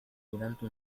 durante